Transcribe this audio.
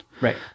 Right